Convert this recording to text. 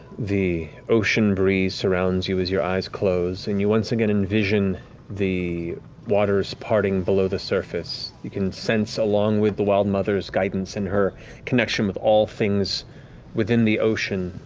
the ocean breeze surrounds you, as your eyes close, and you once again envision the waters parting, below the surface. you can sense, along with the wild mother's guidance and her connection with all things within the ocean,